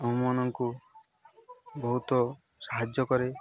ଆମମାନଙ୍କୁ ବହୁତ ସାହାଯ୍ୟ କରେ